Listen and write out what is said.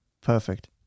Perfect